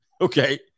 Okay